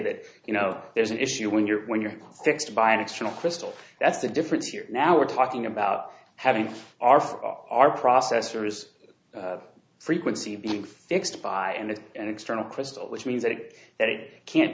that you know there's an issue when you're when you're fixed by an external crystal that's the difference here now we're talking about having our our processors frequency being fixed by and it's an external crystal which means that it can't